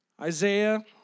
Isaiah